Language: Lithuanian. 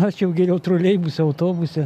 aš jau geriau troleibuse autobuse